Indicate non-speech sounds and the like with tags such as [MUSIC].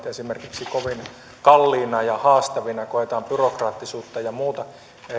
[UNINTELLIGIBLE] esimerkiksi alkuinvestoinnit kovin kalliina ja haastavina koetaan byrokraattisuutta ja muuta